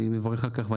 אני מברך עליו,